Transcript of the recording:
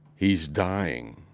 he's dying.